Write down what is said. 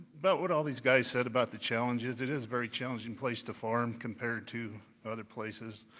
but what all these guys said about the challenges, it is very challenging place to farm compared to other places.